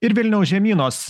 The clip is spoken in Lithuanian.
ir vilniaus žemynos